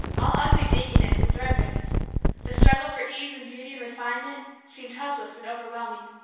all ugly dinginess and thread-bareness the struggle for ease and beauty and refinement seemed hopeless and overwhelming.